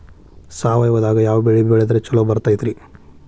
ಸಾವಯವದಾಗಾ ಯಾವ ಬೆಳಿ ಬೆಳದ್ರ ಛಲೋ ಬರ್ತೈತ್ರಿ?